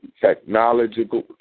technological